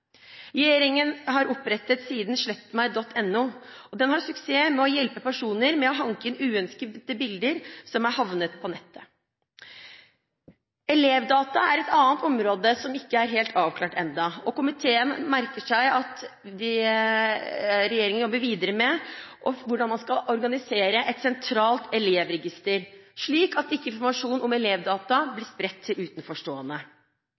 Regjeringen har opprettet siden slettmeg.no, og den har suksess med å hjelpe personer med å hanke inn uønskede bilder som er havnet på nettet. Elevdata er et annet område som ikke er helt avklart ennå, og komiteen merker seg at regjeringen jobber videre med hvordan man skal organisere et sentralt elevregister, slik at ikke informasjon om elevdata